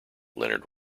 leonard